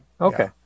Okay